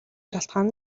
шалтгаан